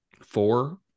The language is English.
Four